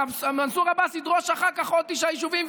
ומנסור עבאס ידרוש אחר כך עוד תשעה יישובים,